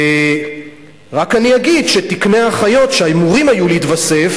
רק אגיד שתקני האחיות שאמורים היו להתווסף